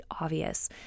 obvious